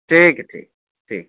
ٹھیک ہے ٹھیک ٹھیک